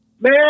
Man